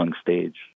stage